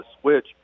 switch